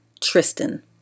Tristan